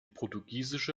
portugiesische